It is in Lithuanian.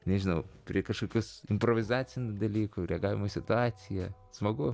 nežinau prie kažkokios improvizacinių dalykų reagavimo į situaciją smagu